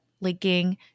linking